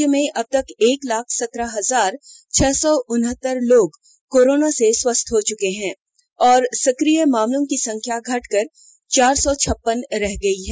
राज्य में अबतक एक लाख सत्रह हजार छह सौ उनहतर लोग कोरोना से स्वस्थ हो चुके हैं और सक्रिय मामलों की संख्या घटकर चार सौ छप्पन रह गई है